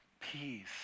peace